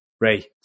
Ray